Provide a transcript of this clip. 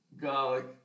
garlic